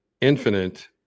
infinite